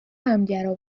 همگرا